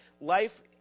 life